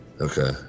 Okay